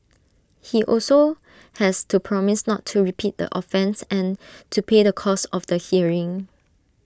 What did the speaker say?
he also has to promise not to repeat the offence and to pay the cost of the hearing